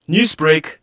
Newsbreak